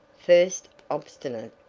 first obstinate,